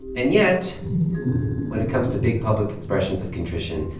and yet when it comes to big, public expressions of contrition,